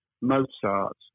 Mozart